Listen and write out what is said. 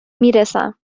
میرسم